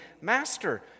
Master